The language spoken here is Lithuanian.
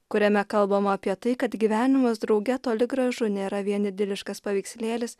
kuriame kalbama apie tai kad gyvenimas drauge toli gražu nėra vien idiliškas paveikslėlis